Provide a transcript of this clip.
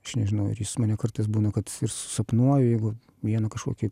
aš nežinau ar jis mane kartais būna kad susapnuoju jeigu vieną kažkokį